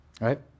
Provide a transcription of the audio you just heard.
Right